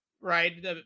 right